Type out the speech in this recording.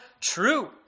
true